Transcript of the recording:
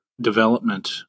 development